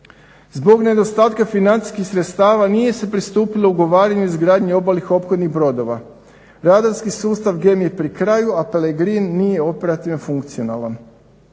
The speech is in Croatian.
Zbog nedostatka financijskih sredstava nije se pristupilo ugovaranju izgradnje obalnih opkolnih brodova. Radarski sustav GEM je pri kraju, a PEREGRINE nije operativno funkcionalan.